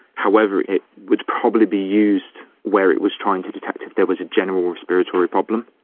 however, it would probably be used where it was trying to detect if there was a general respiratory problem,